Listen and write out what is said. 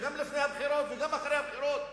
וגם לפני הבחירות וגם אחרי הבחירות,